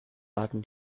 warten